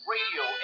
Radio